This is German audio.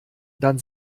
dann